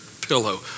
pillow